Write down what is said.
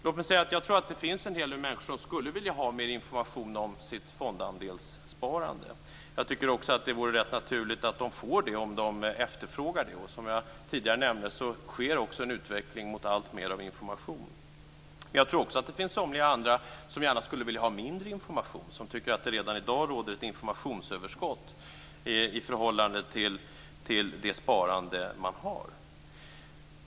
Låt mig säga att jag tror att det finns en hel del människor som skulle vilja ha mer information om sitt fondandelssparande. Det vore rätt naturligt att de får det om de efterfrågar det. Det sker en utveckling mot mer information. Men det finns somliga andra som skulle vilja ha mindre information, som tycker att det redan i dag råder ett informationsöverskott i förhållande till det sparande man har.